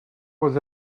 was